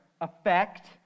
effect